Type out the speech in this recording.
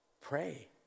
pray